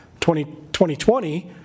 2020